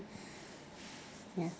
ya